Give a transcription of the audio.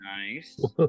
Nice